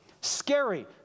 scary